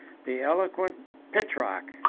the eloquent petrarch,